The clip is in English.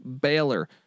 Baylor